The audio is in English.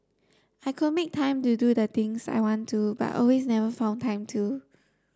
I could make time to do the things I want to but always never found time to